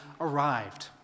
arrived